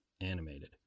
Animated